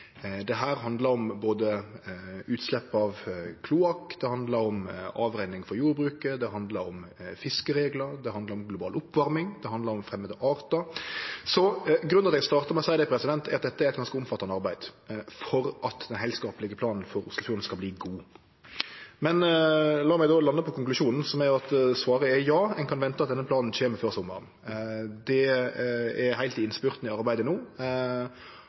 handlar om utslepp av kloakk, det handlar om avrenning frå jordbruket, det handlar om fiskereglar, det handlar om global oppvarming, og det handlar om framande artar. Grunnen til at eg startar med å seie det, er at det er eit ganske omfattande arbeid som må til for at den heilskaplege planen for Oslofjorden skal verte god. La meg då lande på konklusjonen, som er at svaret er ja, ein kan vente at denne planen kjem før sommaren. Ein er heilt i innspurten av arbeidet no,